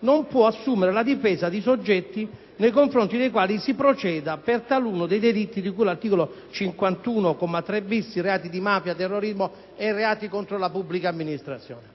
non possa assumere la difesa di soggetti nei confronti dei quali si proceda per taluno dei delitti di cui all'articolo 51, comma 3*‑bis*: reati di mafia, terrorismo e reati contro la pubblica amministrazione.